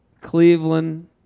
Cleveland